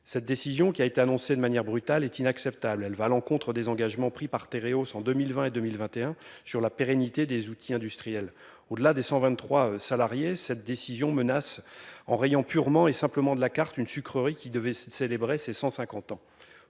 Cette décision qui a été annoncé de manière brutale est inacceptable. Elle va à l'encontre des engagements pris par terre en 2020 et 2021 sur la pérennité des outils industriels au-delà des 123 salariés cette décision menace en rayon purement et simplement de la carte une sucrerie qui devait célébrer ses 150 ans